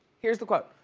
here's the quote.